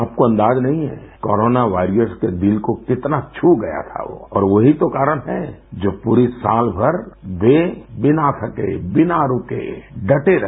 आपको अंदाजा नहीं है कोरोना वारियर्स के दिल को कितना छू गया था वो और वो ही तो कारण है जो पूरी साल भर वे बिना थके बिना रुके डटे रहे